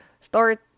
start